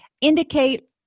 indicate